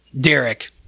Derek